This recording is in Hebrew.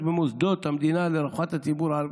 במוסדות המדינה לרווחת הציבור הערבי.